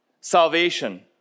salvation